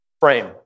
frame